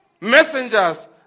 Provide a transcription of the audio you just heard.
messengers